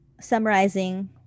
summarizing